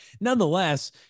nonetheless